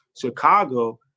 Chicago